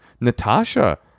natasha